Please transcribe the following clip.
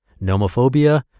Nomophobia